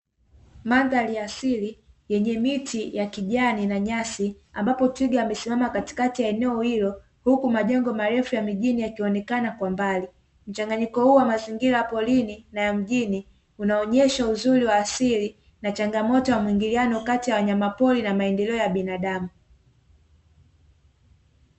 Mandhari ya asili yenye miti ya kijani na nyasi, ambapo twiga amesimama katikati ya eneo hilo. Huku majengo marefu ya mjini yakionekana kwa mbali, mchanganyiko huo wa mazingira ya porini na mjini unaonesha uzuri wa asili, na changamoto wa muingiliano kati ya wanyama pori na maendeleo ya binadamu.